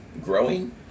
growing